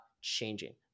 changing